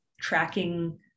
tracking